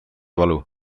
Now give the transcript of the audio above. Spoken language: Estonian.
valu